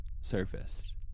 surfaced